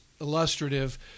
illustrative